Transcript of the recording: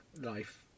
life